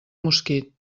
mosquit